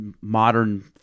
modern